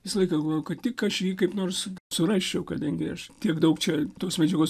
visą laiką galvojau kad tik aš jį kaip nors surasčiau kadangi aš tiek daug čia tos medžiagos